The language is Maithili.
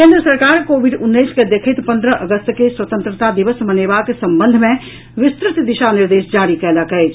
केंद्र सरकार कोविड उन्नैस के देखैत पंद्रह अगस्त के स्वतंत्रता दिवस मनेबाक संबंध मे विस्तृत दिशा निर्देश जारी कयलक अछि